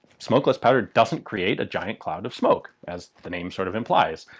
smokeless powder doesn't create a giant cloud of smoke, as the name sort of implies.